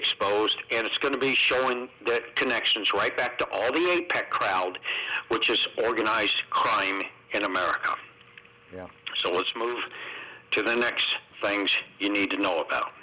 exposed and it's going to be showing that connections right back to all the a packed crowd which is organized crime in america so let's move on to the next thing you need to know about